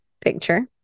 picture